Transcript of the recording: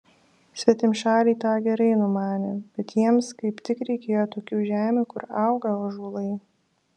svetimšaliai tą gerai numanė bet jiems kaip tik reikėjo tokių žemių kur auga ąžuolai